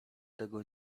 tego